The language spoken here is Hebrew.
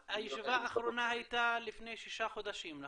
--- הישיבה האחרונה הייתה לפני שישה חודשים?